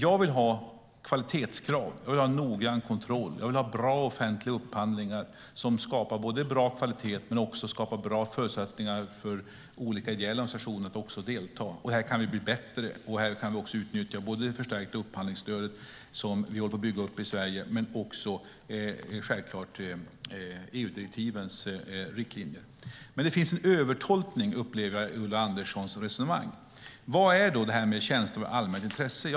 Jag vill ha kvalitetskrav, noggrann kontroll, bra offentliga upphandlingar som skapar bra kvalitet och bra förutsättningar för olika ideella organisationer att delta. Här kan vi bli bättre, och här kan vi utnyttja både det förstärkta upphandlingsstödet som vi håller på att bygga upp i Sverige och självklart EU-direktivens riktlinjer. Det finns en övertolkning, upplever jag, i Ulla Anderssons resonemang. Vad är tjänster av allmänt intresse?